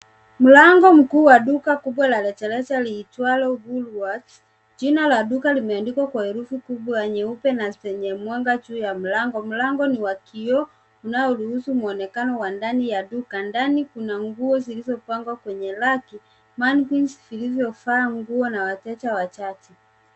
Mlango mkuu wa duka kubwa la rejareja liitwalo WOOLWORTHS jina la duka likeandikwa kwa herufi kubwa ya nyeupe na zenye mwanga juu ya mlango. Mlango ni wa kioo ambao unaruhusu. mwonekana wa ndani ya duka. Ndani kuna nguo zilizopangwa kwenye raki, mannequins zilizo vaa nguo na wateja wachache.